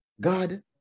God